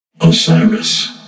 Osiris